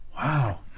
Wow